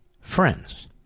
Friends